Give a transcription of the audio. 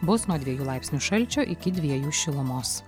bus nuo dviejų laipsnių šalčio iki dviejų šilumos